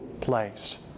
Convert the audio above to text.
place